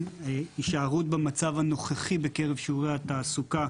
הישארות במצב הנוכחי בקרב שיעורי התעסוקה